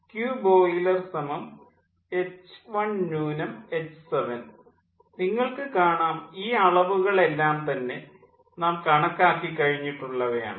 Q boiler h1 h7 നിങ്ങൾക്ക് കാണാം ഈ അളവുകൾ എല്ലാം തന്നെ നാം കണക്കാക്കി കഴിഞ്ഞിട്ടുള്ളവയാണ്